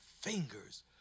fingers